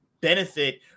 benefit